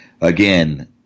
Again